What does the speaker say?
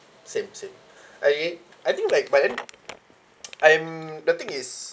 same same I I think like but then I'm the thing is